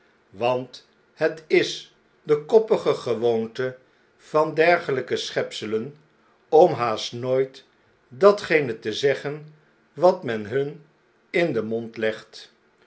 want het is de koppige gewoonte van dergelijke schepselen om haast nooit datgene te zeggen wat men hun in den mondlegt